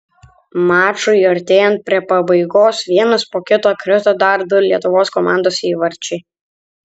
mačui artėjant prie pabaigos vienas po kito krito dar du lietuvos komandos įvarčiai